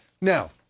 Now